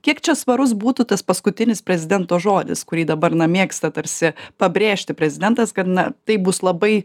kiek čia svarus būtų tas paskutinis prezidento žodis kurį dabar na mėgsta tarsi pabrėžti prezidentas kad na taip bus labai